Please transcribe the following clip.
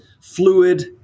fluid